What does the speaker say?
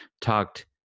talked